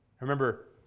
Remember